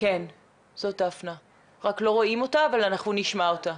אבל בבטן ובמקור אני